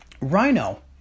Rhino